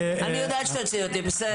אני יודעת שתוציא אותי, בסדר.